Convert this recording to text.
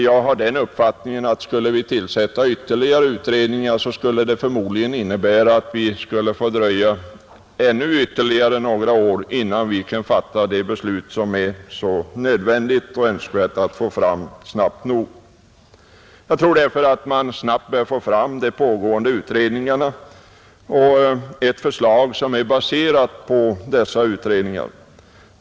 Jag har den uppfattningen, att skulle vi tillsätta ytterligare utredningar skulle det förmodligen innebära att det dröjer ytterligare några år innan vi kan fatta det beslut som det är så nödvändigt och önskvärt att vi snabbt fattar. Jag anser därför att man snabbt bör söka få fram de pågående utredningarna och ett förslag som är baserat på dessa utredningar.